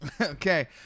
Okay